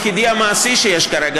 הפתרון המעשי היחידי שיש כרגע,